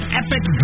epic